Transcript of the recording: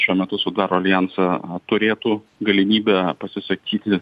šiuo metu sudaro aljansą turėtų galimybę pasisakyti